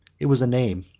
it was a name,